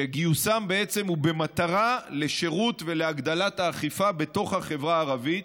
שגיוסם בעצם הוא במטרה לשירות ולהגדלת האכיפה בתוך החברה הערבית.